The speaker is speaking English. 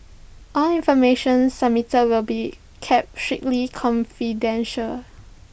all information submitted will be kept strictly confidential